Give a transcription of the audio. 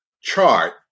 chart